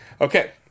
Okay